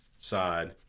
side